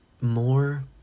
more